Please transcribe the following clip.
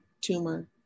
tumor